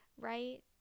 Right